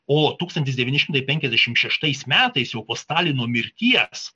o tūkstantis devyni šimtai penkiasdešimt šeštais metais jau po stalino mirties